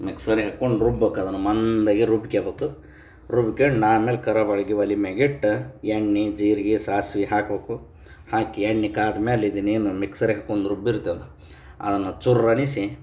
ಮಿಕ್ಸರಿಗೆ ಹಾಕ್ಕೊಂದ್ ರುಬ್ಬಕ್ಕೆ ಅದನ್ನು ಮಂದಾಗೆ ರುಬ್ಕಬೇಕು ರುಬ್ಕಂಡ್ ಆಮೇಲೆ ಕರ್ಯ ಬಾಳ್ಗಿ ಒಲೆ ಮ್ಯಾಲಿಟ್ಟ ಎಣ್ಣೆ ಜೀರ್ಗೆ ಸಾಸ್ವೆ ಹಾಕ್ಬೇಕು ಹಾಕಿ ಎಣ್ಣೆ ಕಾದ ಮೇಲ್ ಇದನ್ನೇನು ಮಿಕ್ಸರಿಗೆ ಹಾಕ್ಕೊಂಡು ರುಬ್ಬಿರ್ತೇವಲ್ಲ ಅದನ್ನು ಚುರ್ರೆನಿಸಿ